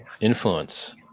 influence